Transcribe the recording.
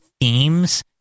themes